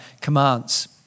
Commands